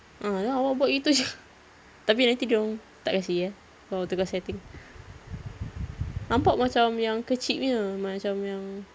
a'ah then awak buat itu jer tapi nanti dorang tak kasi eh kalau tukar setting nampak macam yang kecil punya macam yang